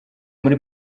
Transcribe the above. muri